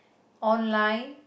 online